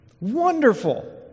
Wonderful